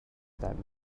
that